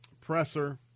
presser